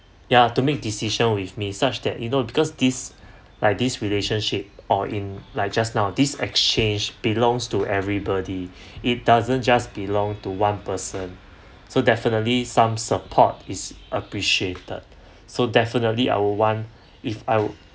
ya to make decisions with me such that you know because this like this relationship or in like just now this exchange belongs to everybody it doesn't just belong to one person so definitely some support is appreciated so definitely I'll want if I would